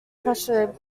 pressure